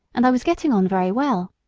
and i was getting on very well,